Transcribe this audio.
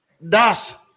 Thus